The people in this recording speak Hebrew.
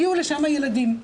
הגיעו לשם ילדים.